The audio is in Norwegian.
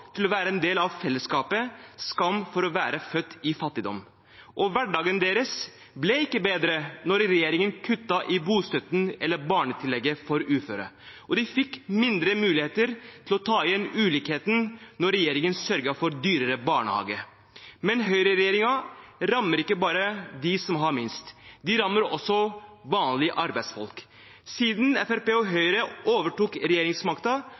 til å være en del av fellesskapet, skam for å være født i fattigdom. Hverdagen deres ble ikke bedre da regjeringen kuttet i bostøtten eller i barnetillegget til uføre. Og de fikk mindre muligheter til å ta igjen ulikheten da regjeringen sørget for dyrere barnehager. Men høyreregjeringen rammer ikke bare dem som har minst, den rammer også vanlige arbeidsfolk. Siden Fremskrittspartiet og Høyre overtok